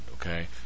Okay